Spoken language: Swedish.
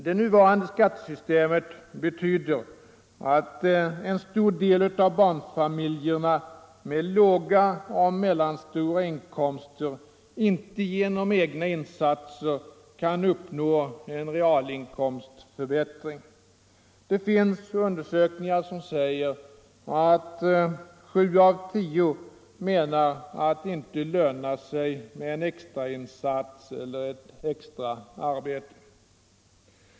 Det nuvarande skattesystemet betyder att en stor del av barnfamiljerna med låga och medelstora inkomster inte genom egna insatser kan uppnå en realinkomstförbättring. Det finns undersökningar som visar att sju av tio menar att det inte lönar sig med en extra insats eller ett extra arbete.